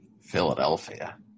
Philadelphia